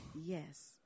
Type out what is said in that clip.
Yes